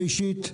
ראשית,